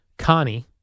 Connie